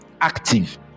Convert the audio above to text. active